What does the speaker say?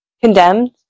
condemned